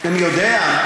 אני יודע.